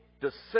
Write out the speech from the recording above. decision